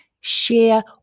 share